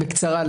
בקצרה.